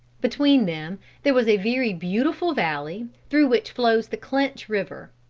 between them there was a very beautiful valley, through which flows the clinch river.